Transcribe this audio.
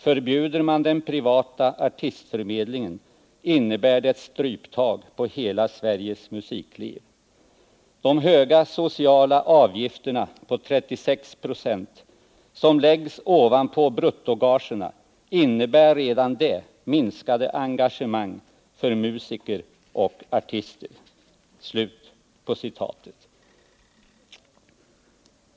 Förbjuder man den privata artistförmedlingen, innebär det ett stryptag på hela Sveriges musikliv. De höga sociala avgifterna på 36 96 som läggs ovanpå bruttogagerna innebär redan de minskade engagemang för musiker och artister.